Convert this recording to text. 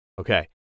Okay